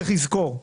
צריך לזכור: